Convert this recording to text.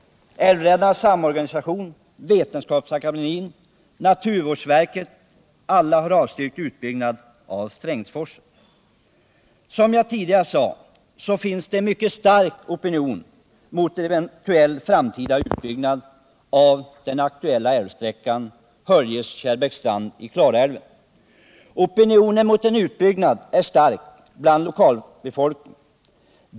Älvräddarnas samorganisation, Vetenskapsakademien, naturvårdsverket, alla har avstyrkt utbyggnad av Strängsforsen. Som jag tidigare sade, finns det en mycket stark opinion mot en eventuell framtida utbyggnad av den aktuella älvsträckan Höljes-Kärrbäcksstrand i Klarälven. Opinionen mot en utbyggnad är stark hos lokalbefolkningen.